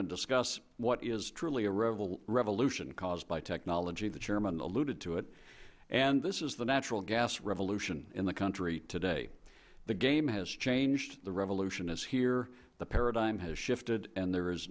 and discuss what is truly a revolution caused by technology the chairman alluded to it and this is the natural gas revolution in the country today the game has changed the revolution is here the paradigm has shifted and there is